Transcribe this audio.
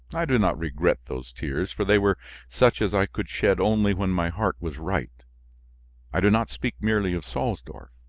i do not regret those tears for they were such as i could shed only when my heart was right i do not speak merely of salsdorf,